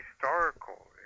historical